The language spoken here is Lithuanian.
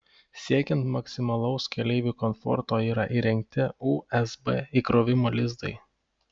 siekiant maksimalaus keleivių komforto yra įrengti usb įkrovimo lizdai